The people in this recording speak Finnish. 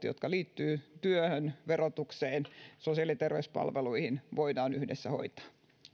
jotka liittyvät työhön verotukseen sosiaali ja terveyspalveluihin voidaan yhdessä hoitaa